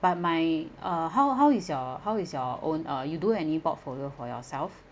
but my uh how how is your how is your own uh you do any portfolio for yourself